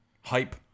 Hype